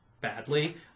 badly